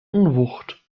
unwucht